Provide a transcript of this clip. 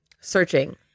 searching